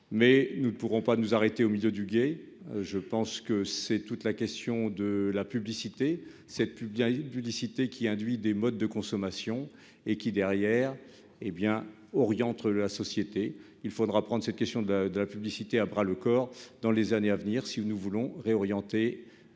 Mais nous ne pourrons pas nous arrêter au milieu du gué. Derrière ce texte se pose toute la question de la publicité, de cette publicité qui induit des modes de consommation et qui, ainsi, oriente la société. Il faudra prendre cette question à bras-le-corps dans les années à venir si nous voulons réorienter